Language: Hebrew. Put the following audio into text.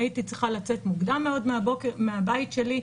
לצאת מוקדם מאוד מהבית שלי.